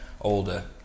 older